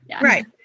Right